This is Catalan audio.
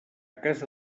casa